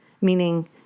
meaning